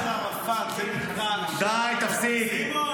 שירי הלל ליאסר ערפאת זה נקרא --- די, תפסיק.